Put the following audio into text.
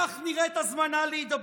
כך נראית הזמנה להידברות?